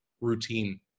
routine